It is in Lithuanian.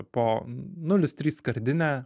po nulis trys skardinę